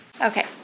Okay